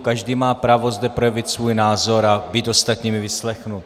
Každý má právo zde projevit svůj názor a být ostatními vyslechnut.